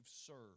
served